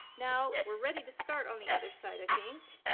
now we're ready to start on the other side, i think.